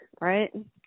Right